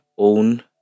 own